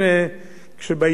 כשבעיתון אי-אפשר לקרוא,